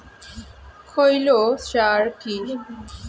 খৈল সার কি?